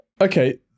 Okay